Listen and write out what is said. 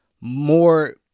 more